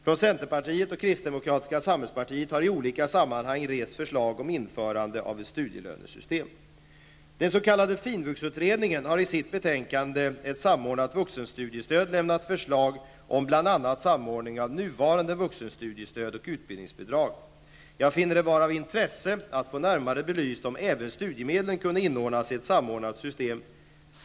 Från centerpartiet och kristdemokratiska samhällspartiet har i olika sammanhang rests förslag om införande av ett studielönesystem. Den s.k. Finvuxutredningen har i sitt betänkande Ett samordnat vuxenstudiestöd lämnat förslag om bl.a. samordning av nuvarande vuxenstudiestöd och utbildningsbidrag. Jag finner det vara av intresse att få närmare belyst om även studiemedlen kunde inordnas i ett samordnat system.